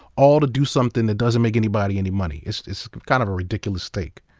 all to do something that doesn't make anybody any money? it's it's kind of a ridiculous take.